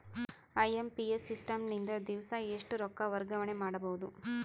IMPS system ನಿಂದ ದಿವಸಾ ಎಷ್ಟ ರೊಕ್ಕ ವರ್ಗಾವಣೆ ಮಾಡಬಹುದು?